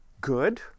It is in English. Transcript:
good